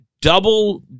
double